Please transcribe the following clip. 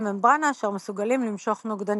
ממברנה אשר מסוגלים למשוך נוגדנים.